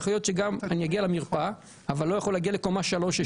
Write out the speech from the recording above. יכול להיות שאני אגיע למרפאה אבל אני לא אוכל להגיע לקומה שלישית